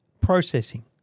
processing